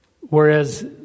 Whereas